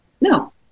no